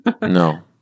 No